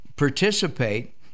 Participate